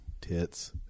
tits